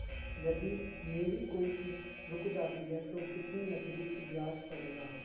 यदि मेरी कोई किश्त रुक जाती है तो कितना अतरिक्त ब्याज पड़ेगा?